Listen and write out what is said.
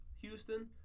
Houston